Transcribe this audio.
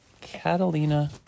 Catalina